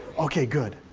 okay good.